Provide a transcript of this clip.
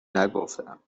نگفتم